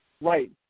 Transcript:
Right